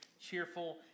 cheerful